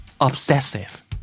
Obsessive